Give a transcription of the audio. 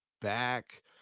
back